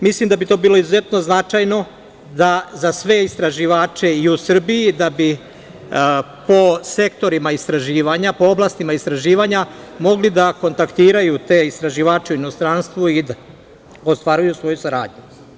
Mislim da bi to bilo izuzetno značajno za sve istraživače i u Srbiji i da bi po oblasti istraživanja mogli da kontaktiraju te istraživače u inostranstvu i da ostvaruju svoju saradnju.